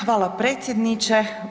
Hvala predsjedniče.